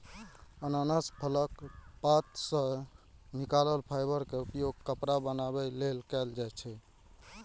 अनानास फलक पात सं निकलल फाइबर के उपयोग कपड़ा बनाबै लेल कैल जाइ छै